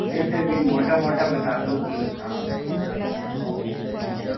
भैया फिर भी मोटा मोटा बता दो कि वही जी भैया